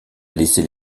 laissait